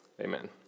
Amen